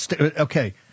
Okay